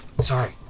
Sorry